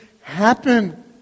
happen